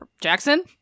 Jackson